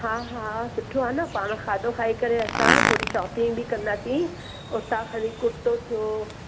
हा हा सुठो आहे न पाण खाधो खाई करे असां थोरी शॉपिंग बि कंदासीं उतां खणी कुर्तो थियो